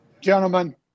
Gentlemen